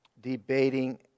debating